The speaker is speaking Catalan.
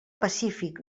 pacífic